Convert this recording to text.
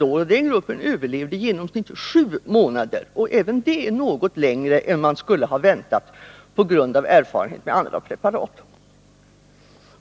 Patienterna i denna grupp överlevde i genomsnitt 7 månader, och även det är något längre än man skulle ha väntat sig på grundval av erfarenheter av andra preparat.